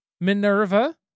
Minerva